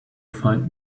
find